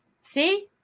See